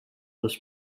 this